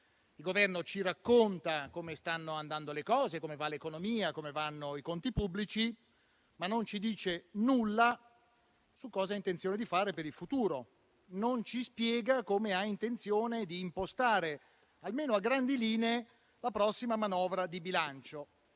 Il Governo ci racconta cioè come stanno andando le cose, come va l'economia, come vanno i conti pubblici, ma non ci dice nulla su cosa ha intenzione di fare per il futuro; non ci spiega come ha intenzione di impostare, almeno a grandi linee, la prossima manovra di bilancio.